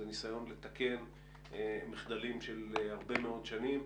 ניסיון לתקן מחדלים של הרבה מאוד שנים.